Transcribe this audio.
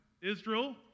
Israel